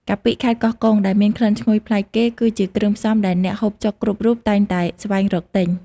កាពិខេត្តកោះកុងដែលមានក្លិនឈ្ងុយប្លែកគេ គឺជាគ្រឿងផ្សំដែលអ្នកហូបចុកគ្រប់រូបតែងតែស្វែងរកទិញ។